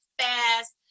fast